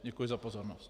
Děkuji za pozornost.